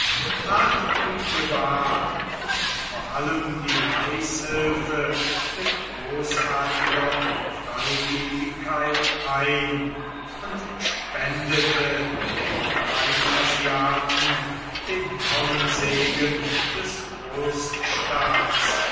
die privat und vor allem die reichshilfe mit großartiger freigebigkeit ein und spendete den kleinasiaten den vollen segen des